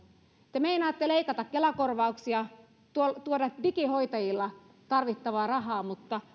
te meinaatte leikata kela korvauksia tuoda digihoitajilla tarvittavaa rahaa mutta